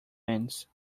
ends